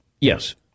Yes